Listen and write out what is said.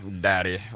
daddy